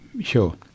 Sure